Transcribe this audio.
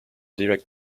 direct